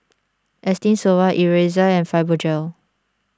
Esteem Stoma Ezerra and Fibogel